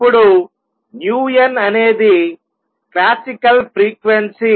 ఇక్కడ n అనేది classical frequency